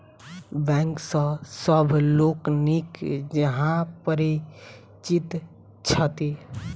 bank सॅ सभ लोक नीक जकाँ परिचित छथि